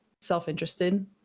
self-interested